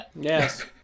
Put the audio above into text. Yes